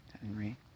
Henry